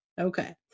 Okay